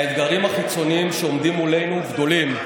האתגרים החיצוניים שעומדים מולנו גדולים.